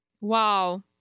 Wow